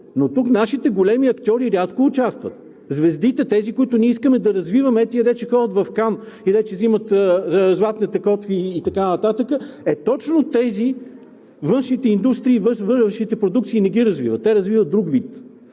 но тук нашите големи актьори рядко участват. Звездите – тези, които искаме да развиваме, тези, които ще отидат в Кан и ще взимат „златните котви“ и така нататък, е, точно тези външните индустрии и външните продукции не ги развиват, те развиват друг вид.